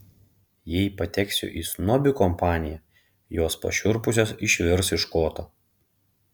jei pateksiu į snobių kompaniją jos pašiurpusios išvirs iš koto